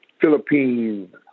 Philippines